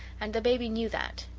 and the baby knew that,